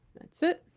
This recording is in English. that's it.